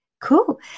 cool